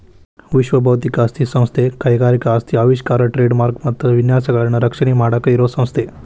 ವಿಶ್ವ ಬೌದ್ಧಿಕ ಆಸ್ತಿ ಸಂಸ್ಥೆ ಕೈಗಾರಿಕಾ ಆಸ್ತಿ ಆವಿಷ್ಕಾರ ಟ್ರೇಡ್ ಮಾರ್ಕ ಮತ್ತ ವಿನ್ಯಾಸಗಳನ್ನ ರಕ್ಷಣೆ ಮಾಡಾಕ ಇರೋ ಸಂಸ್ಥೆ